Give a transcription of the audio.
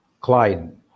Clyde